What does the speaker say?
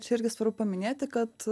čia irgi svarbu paminėti kad